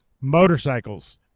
motorcycles